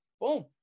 boom